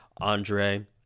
Andre